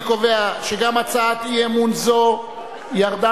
אני קובע שגם הצעת אי-אמון זו ירדה